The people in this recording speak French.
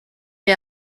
est